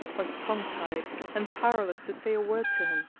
was tongue tied and powerless to say a word to him.